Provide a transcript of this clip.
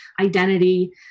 identity